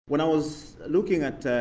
when i was looking at,